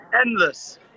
Endless